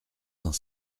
cent